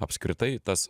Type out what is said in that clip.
apskritai tas